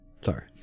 sorry